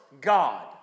God